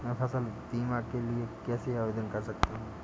मैं फसल बीमा के लिए कैसे आवेदन कर सकता हूँ?